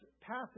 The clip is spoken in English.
passage